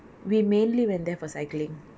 we mainly went there for cycling